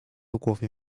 głowie